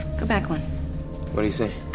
go back one. what do you see?